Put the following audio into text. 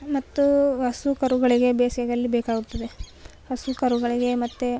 ಮತ್ತು ಹಸು ಕರುಗಳಿಗೆ ಬೇಸಿಗೆಯಲ್ಲಿ ಬೇಕಾಗುತ್ತದೆ ಹಸು ಕರುಗಳಿಗೆ ಮತ್ತೆ